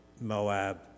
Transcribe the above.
Moab